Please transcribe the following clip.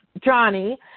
Johnny